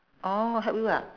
orh help you ah